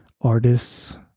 Artists